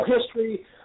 history